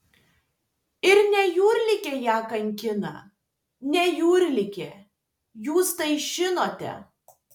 ir ne jūrligė ją kankina ne jūrligė jūs tai žinote